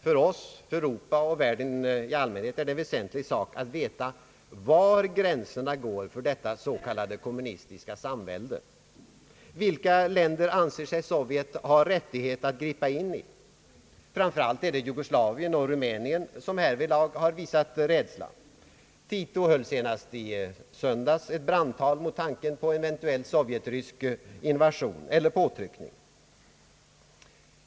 För oss, för Europa och för världen i allmänhet är det en väsentlig sak att veta var gränserna går för »det kommunistiska samväldet». Vilka länder anser sig Sovjet ha rättighet att gripa in i? Framför allt är det Jugoslavien och Rumänien som härvidlag har visat rädsla. Tito höll senast i söndags ett brandtal mot tanken på en eventuell sovjetrysk invasion eller påtryckning.